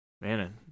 man